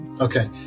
Okay